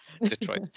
Detroit